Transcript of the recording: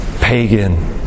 pagan